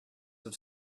have